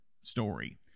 story